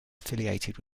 affiliated